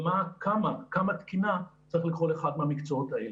כמה תקינה צריך לכל אחד מהמקצועות האלה.